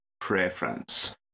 preference